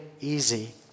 easy